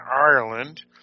Ireland